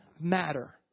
matter